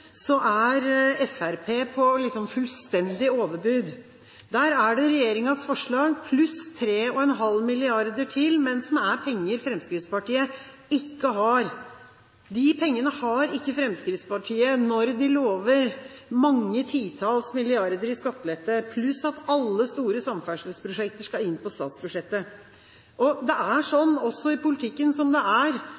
er Fremskrittspartiet fullstendig på overbud. Der er det regjeringens forslag pluss 3,5 mrd. kr til, som er penger Fremskrittspartiet ikke har. De pengene har ikke Fremskrittspartiet når de lover mange titalls milliarder i skattelette, pluss at alle store samferdselsprosjekter skal inn på statsbudsjettet. Det er sånn også i politikken, som det er